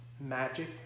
magic